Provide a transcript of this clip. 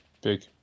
Big